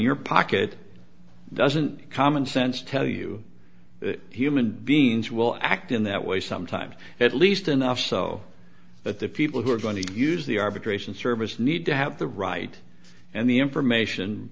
your pocket doesn't common sense tell you that human beings will act in that way sometimes at least enough so that the people who are going to use the arbitration service need to have the right and the information